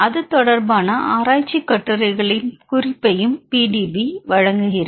அது தொடர்பான ஆராய்ச்சி கட்டுரைகளின் குறிப்பையும் PDB வழங்குகிறது